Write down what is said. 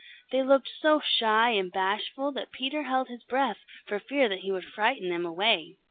they looked so shy and bashful that peter held his breath for fear that he would frighten them away.